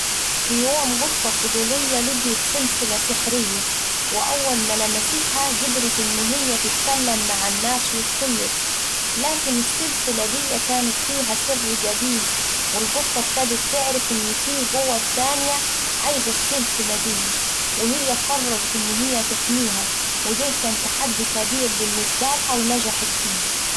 في يوم قطة فضولية لقيت سلسلة سحرية، أول ما لمستها قدرت إن هيه تتكلم مع الناس وتطير. لكن السلسلة دية كانت فيها سر قديم والقطة ابتدت تعرف إن فيه قوى تانية عايزة السلسلة دية، وهي قررت إن هي تحميها وده كان تحدي كبير بالنسبالها ونجحت فيه.